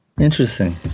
interesting